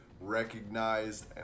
recognized